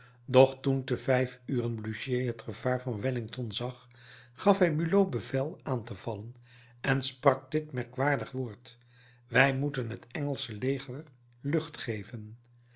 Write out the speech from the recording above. doch toen te vijf uren blücher het gevaar van wellington zag gaf hij bulow bevel aan te vallen en sprak dit merkwaardig woord wij moeten het engelsche leger lucht geven